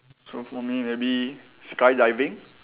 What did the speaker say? so for me maybe skydiving